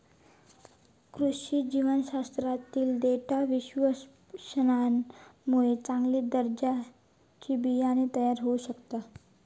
कृषी जीवशास्त्रातील डेटा विश्लेषणामुळे चांगल्या दर्जाचा बियाणा तयार होऊ शकता